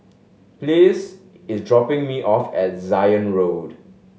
Pleas is dropping me off at Zion Road